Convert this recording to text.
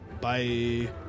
Bye